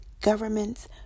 governments